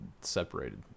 separated